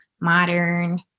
modern